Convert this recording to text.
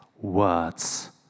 words